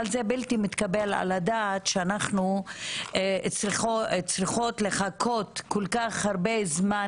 אבל זה בלתי מתקבל על הדעת שאנחנו צריכות לחכות כל כך הרבה זמן